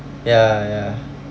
ya ya